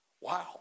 Wow